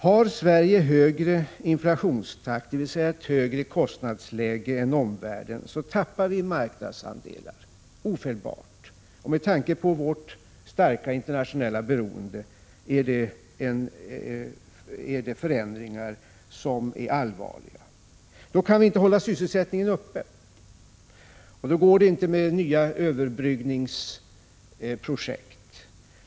Har Sverige högre inflationstakt, dvs. ett högre kostnadsläge, än omvärlden, tappar vi ofelbart marknadsandelar, och med tanke på vårt starka internationella beroende är det förändringar som är allvarliga. Då kan vi inte hålla sysselsättningen uppe. Då går det inte heller att prova nya överbryggningsprojekt.